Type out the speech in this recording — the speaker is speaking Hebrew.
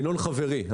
ינון חברי,